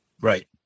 Right